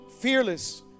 Fearless